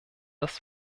das